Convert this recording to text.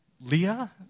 Leah